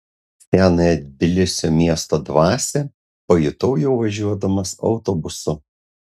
senąją tbilisio miesto dvasią pajutau jau važiuodamas autobusu